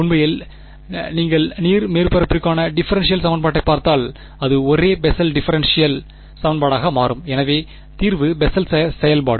உண்மையில் நீங்கள் நீர் மேற்பரப்பிற்கான டிபரென்ஷியல் சமன்பாட்டைப் பார்த்தால் அது ஒரே பெசல் டிஃபரென்ஷியல் சமன்பாடாக மாறும் எனவே தீர்வு பெசல் செயல்பாடு